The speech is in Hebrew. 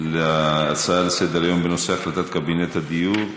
להצעה לסדר-היום בנושא החלטת קבינט הדיור,